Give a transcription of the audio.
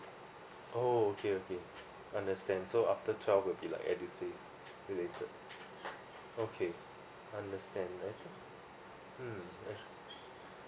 oh okay okay understand so after twelve will be like edusave related okay understand mm